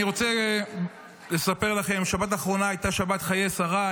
אני רוצה לספר לכם שהשבת האחרונה הייתה שבת חיי שרה.